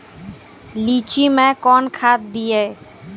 लीची मैं कौन खाद दिए?